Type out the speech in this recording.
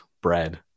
bread